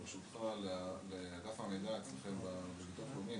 --- ברשותך לאגף המידע בביטוח הלאומי,